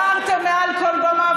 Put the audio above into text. אבל אני אוכל לדבר מפה?